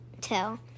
tell